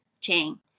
chain